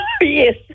Yes